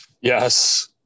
Yes